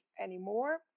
anymore